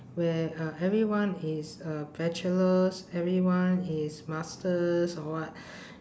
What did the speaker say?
where uh everyone is a bachelor's everyone is master's or what